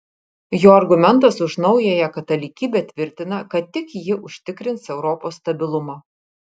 jo argumentas už naująją katalikybę tvirtina kad tik ji užtikrins europos stabilumą